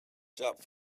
shop